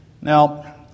Now